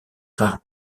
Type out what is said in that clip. rares